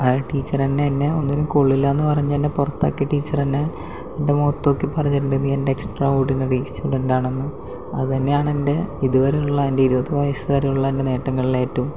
ആ ടീച്ചർ തന്നെ എന്നെ ഒന്നിനും കൊള്ളില്ലയെന്ന് പറഞ്ഞ് എന്നെ പുറത്താക്കിയ ടീച്ചർ തന്നെ എന്റെ മുഖത്ത് നോക്കി പറഞ്ഞിട്ടുണ്ട് നീ എൻ്റെ എക്സ്ട്ര ഓഡിനറി സ്റ്റുഡന്റാണെന്ന് അത് തന്നെയാണെന്റെ ഇതുവരെയുള്ള എൻ്റെ ഇരുപത് വയസ്സ് വരെയുള്ള എന്റെ നേട്ടങ്ങളിലേറ്റവും